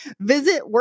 Visit